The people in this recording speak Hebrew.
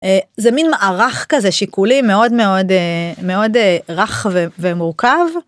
זה מין מערך כזה שיקולי מאוד מאוד מאוד רך ומורכב.